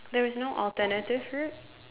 there is no alternative route